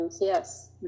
Yes